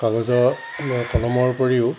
কাগজৰ কলমৰ উপৰিও